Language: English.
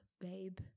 babe